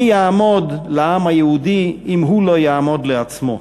מי יעמוד לעם היהודי אם הוא לא יעמוד לעצמו?